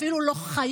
אפילו לא חיות,